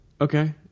Okay